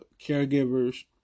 caregivers